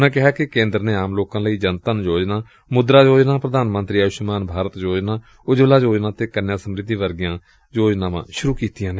ਉਨ੍ਹਾਂ ਕਿਹਾ ਕਿ ਕੇਂਦਰ ਨੇ ਆਮ ਲੋਕਾ ਲਈ ਜਨ ਧਨ ਯੋਜਨਾ ਮੁਦਰਾ ਯੋਜਨਾ ਪੂਧਾਨ ਮੰਤਰੀ ਆਯੁਸ਼ਮਾਨ ਭਾਰਤ ਯੋਜਨਾ ਉਜਵਲਾ ਯੋਜਨਾ ਤੇ ਕੰਨਿਆ ਸਮੁਤੀ ਯੋਜਨਾ ਸੁਰੁ ਕੀਤੀਆਂ ਨੇ